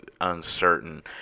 uncertain